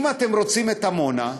אם אתם רוצים את עמונה,